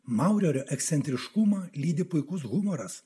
maurerio ekscentriškumą lydi puikus humoras